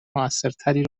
موثرتری